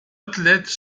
athlète